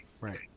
Right